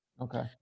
Okay